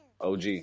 OG